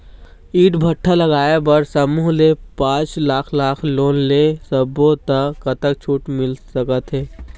ईंट भट्ठा लगाए बर समूह ले पांच लाख लाख़ लोन ले सब्बो ता कतक छूट मिल सका थे?